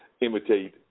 imitate